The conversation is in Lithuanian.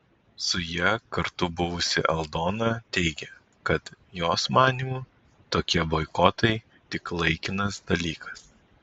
su ja kartu buvusi aldona teigė kad jos manymu tokie boikotai tik laikinas dalykas